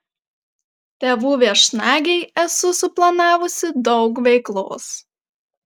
tėvų viešnagei esu suplanavusi daug veiklos